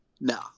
No